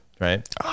right